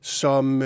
som